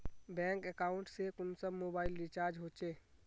Bank account से कुंसम mobile recharge होचे?